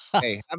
Hey